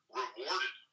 rewarded